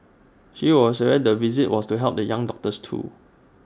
she was aware the visit was to help the young doctors too